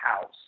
house